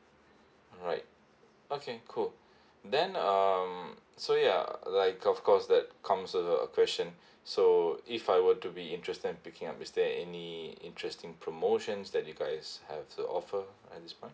alright okay cool then um so ya like of course that comes with a question so if I were to be interested in picking up is there any interesting promotions that you guys have to offer at this point